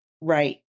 Right